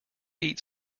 eat